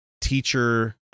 teacher